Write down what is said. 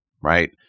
right